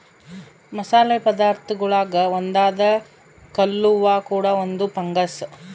ಮಸಾಲೆ ಪದಾರ್ಥಗುಳಾಗ ಒಂದಾದ ಕಲ್ಲುವ್ವ ಕೂಡ ಒಂದು ಫಂಗಸ್